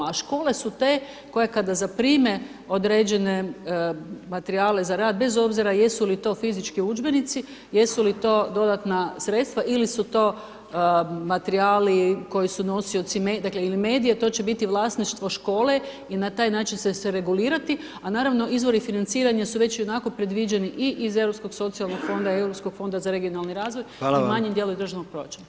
A škole su te, koje kada zaprime, određene materijale za rad, bez obzira jesu li to fizički udžbenici, jesu li to dodatna sredstva ili su to materijali, koji su nosioci ili medija, to će biti vlasništvo škole i na taj način će se regulirati, a naravno izvori financiranja su već ionako predviđeni i iz europskog socijalnog fonda, europskog fonda za regionalni razvoj i u manjen dijelu državnog proračuna.